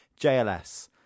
JLS